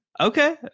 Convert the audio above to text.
Okay